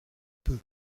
peu